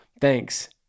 Thanks